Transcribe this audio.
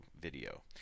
video